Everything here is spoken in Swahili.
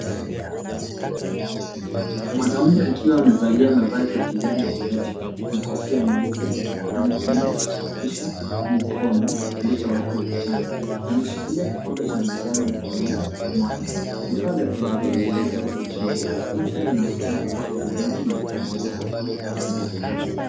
Mwanaume akiwa amefalia mavazi ya kijani kibichi na kofia nyeupe anatumia kusafisha mikono kilichowekwa ukutani ameshikilia kikombe cha manjano mkononi mwake vifaa vya kunawia mikono ziko chini yake manthari inaonekana kuwa korindoni yenye rangi ya kahawia na nyekundu